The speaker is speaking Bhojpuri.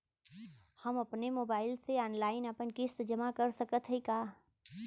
हम अपने मोबाइल से ऑनलाइन आपन किस्त जमा कर सकत हई का?